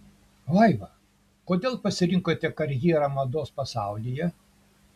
vaiva kodėl pasirinkote karjerą mados pasaulyje